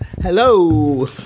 hello